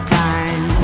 time